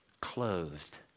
clothed